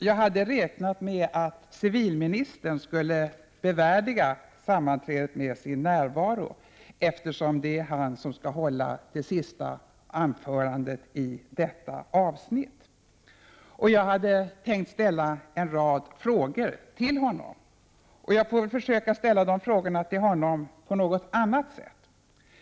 Jag hade räknat med att civilministern skulle bevärdiga sammanträdet med sin närvaro, eftersom det är han som skall hålla det sista anförandet i detta avsnitt. Jag hade tänkt ställa en rad frågor till honom. Jag får försöka ställa de frågorna till honom på något annat sätt.